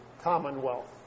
commonwealth